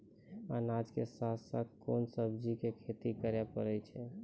अनाज के साथ साथ कोंन सब्जी के खेती करे पारे छियै?